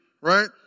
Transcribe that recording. right